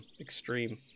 extreme